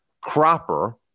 Cropper